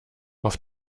auf